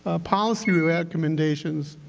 ah policy recommendations.